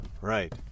right